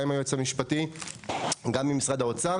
גם עם היועץ המשפטי וגם עם משרד האוצר